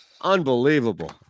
Unbelievable